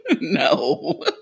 no